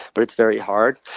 but it's very hard.